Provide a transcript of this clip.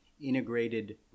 integrated